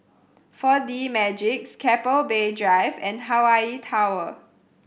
Four D Magix Keppel Bay Drive and Hawaii Tower